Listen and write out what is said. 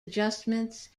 adjustments